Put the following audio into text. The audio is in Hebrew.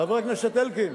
חבר הכנסת אלקין,